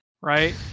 right